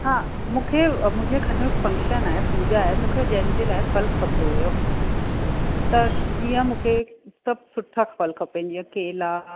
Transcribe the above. हा मूंखे मुंहिंजे घर में फ़ंक्शन आहे पूॼा आहे मूंखे जंहिंजे लाइ फलु खपंदो हुयो त जीअं मूंखे सभु सुठा फल खपनि जीअं केला